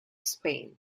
spain